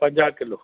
पंजा किलो